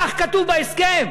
כך כתוב בהסכם.